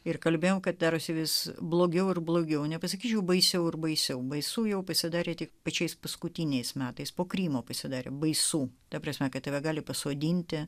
ir kalbėjome kad darosi vis blogiau ir blogiau nepasakyčiau baisiau ir baisiau baisu jau pasidarė tik pačiais paskutiniais metais po krymo pasidarė baisu ta prasme kad tave gali pasodinti